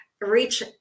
reach